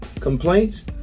complaints